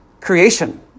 creation